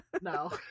no